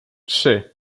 trzy